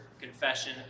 Confession